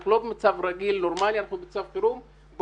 הוא לא נמצא פה בגלל טרגדיה אישית שקשורה למה שדיברתם,